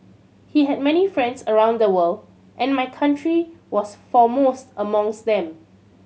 he had many friends around the world and my country was foremost amongst them